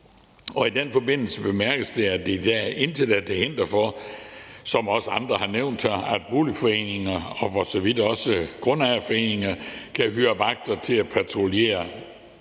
I den forbindelse bemærkes det, at der i dag intet er til hinder for, som også andre har nævnt, at boligforeninger og for så vidt også grundejerforeninger kan hyre vagter til at patruljere